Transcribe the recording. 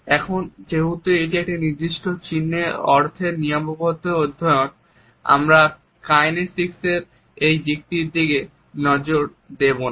এবং যেহেতু এটি একটি নির্দিষ্ট চিহ্নের অর্থের নিয়মাবদ্ধ অধ্যায়ন আমরা কাইনেসিকস এর এই দিকটির দিকে নজর দেবো না